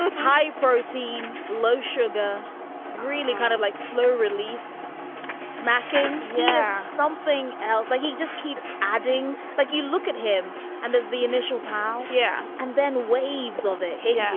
and high protein low sugar really kind of like slow release snacking. yes something else like he just keeps adding like you look at him and there's the initial pile. yeah. and then waves of hate. yeah